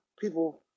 people